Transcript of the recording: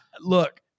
Look